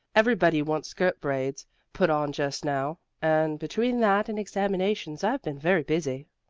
everybody wants skirt braids put on just now, and between that and examinations i've been very busy.